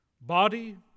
body